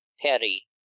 Perry